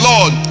Lord